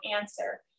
answer